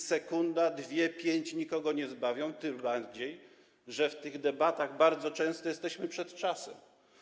Sekunda, dwie, pięć nikogo nie zbawi, tym bardziej że w tych debatach bardzo często jesteśmy przed czasem.